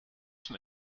zum